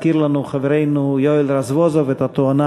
הזכיר לנו חברנו יואל רזבוזוב את התאונה